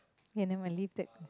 K now leave that